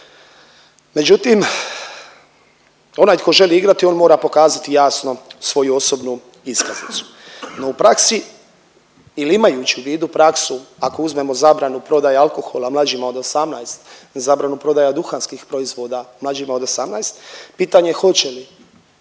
Međutim, onaj tko želi igrati, on mora pokazati jasno svoju osobnu iskaznicu, no u praksi ili imajući u vidu praksu ako uzmemo zabranu prodaje alkohola mlađima od 18, zabranu prodaje duhanskih proizvoda mlađima od 18, pitanje je hoće li,